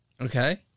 Okay